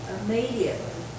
immediately